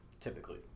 typically